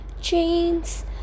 jeans